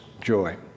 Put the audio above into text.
joy